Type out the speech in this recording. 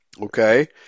okay